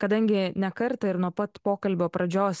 kadangi ne kartą ir nuo pat pokalbio pradžios